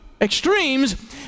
extremes